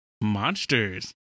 Monsters